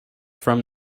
from